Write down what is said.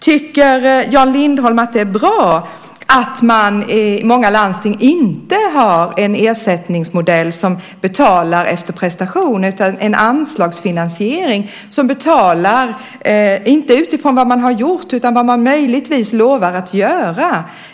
Tycker Jan Lindholm att det är bra att man i många landsting inte har en ersättningsmodell som betalar efter prestation utan en anslagsfinansiering som inte betalar utifrån vad man har gjort utan möjligtvis utifrån vad man lovar att göra?